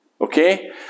Okay